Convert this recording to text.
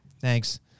Thanks